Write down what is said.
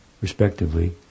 respectively